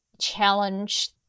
challenge